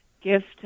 gift